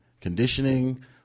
conditioning